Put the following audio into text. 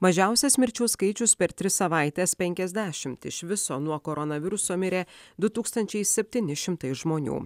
mažiausias mirčių skaičius per tris savaites penkiasdešimt iš viso nuo koronaviruso mirė du tūkstančiai septyni šimtai žmonių